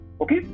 okay